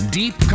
deep